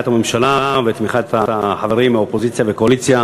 בבקשה, ברשותך.